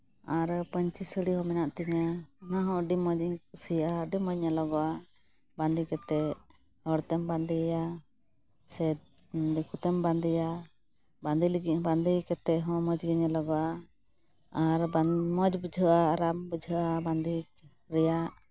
ᱟᱨ ᱯᱟᱧᱪᱤ ᱥᱟᱲᱤ ᱦᱚᱸ ᱢᱮᱱᱟᱜ ᱛᱤᱧᱟᱹ ᱚᱱᱟ ᱦᱚᱸ ᱟᱹᱰᱤ ᱢᱚᱡᱽ ᱜᱤᱧ ᱠᱩᱥᱤᱭᱟᱜᱼᱟ ᱟᱹᱰᱤ ᱢᱚᱡᱽ ᱜᱮ ᱧᱮᱞᱚᱜᱚᱜᱼᱟ ᱵᱟᱸᱫᱮ ᱠᱟᱛᱮ ᱦᱚᱲᱛᱮᱢ ᱵᱟᱸᱫᱮᱭᱟ ᱥᱮ ᱫᱤᱠᱩ ᱛᱮᱢ ᱵᱟᱸᱫᱮᱭᱟ ᱵᱟᱸᱫᱮ ᱞᱟᱹᱜᱤᱫ ᱵᱟᱸᱫᱮ ᱠᱟᱛᱮ ᱦᱚᱸ ᱢᱚᱡᱽ ᱜᱮ ᱧᱮᱞᱚᱜᱚᱜᱼᱟ ᱟᱨ ᱵᱟᱝ ᱢᱚᱡᱽ ᱵᱩᱡᱷᱟᱹᱜᱼᱟ ᱟᱨᱟᱢ ᱵᱩᱡᱷᱟᱹᱜᱼᱟ ᱵᱟᱸᱫᱮ ᱨᱮᱭᱟᱜ